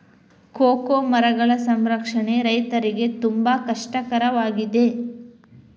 cocoa ಮರಗಳ ಸಂರಕ್ಷಣೆ ರೈತರಿಗೆ ತುಂಬಾ ಕಷ್ಟ ಕರವಾಗಿದೆ